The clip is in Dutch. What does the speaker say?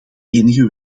enige